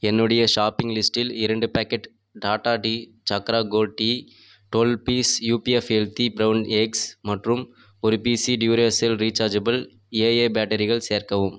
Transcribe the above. என்னுடைய ஷாப்பிங் லிஸ்டில் இரண்டு packet Tata tea Chakra gold tea dual piece UPF healthy brown X மற்றும் ஒரு பிசி டியுராசெல் ரீசார்ஜபிள் ஏஏ பேட்டரிகள் சேர்க்கவும்